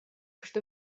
что